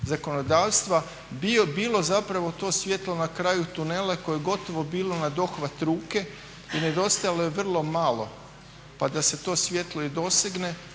zakonodavstva bio bilo zapravo to svjetlo na kraju tunela koje je bilo gotovo na dohvat ruke i dostajalo je vrlo malo pa da se to svjetlo i dosegne